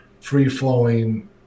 free-flowing